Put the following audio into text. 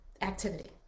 activity